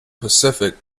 pacific